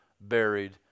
buried